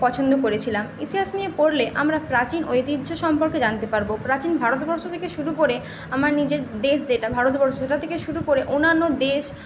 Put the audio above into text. পছন্দ করেছিলাম ইতিহাস নিয়ে পড়লে আমরা প্রাচীন ঐতিহ্য সম্পর্কে জানতে পারব প্রাচীন ভারতবর্ষ থেকে শুরু করে আমার নিজের দেশ যেটা ভারতবর্ষ সেটা থেকে শুরু করে অন্যান্য দেশ